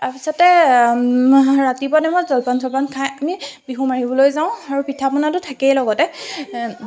তাৰপিছতে ৰাতিপুৱা টাইমত জলপান ছলপান খাই আমি বিহু মাৰিবলৈ যাওঁ আৰু পিঠা পনাটো থাকেই লগতে